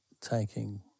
taking